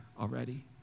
already